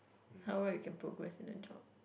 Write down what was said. how well you can progress in a job